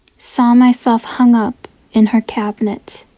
saw myself hung up in her cabinet.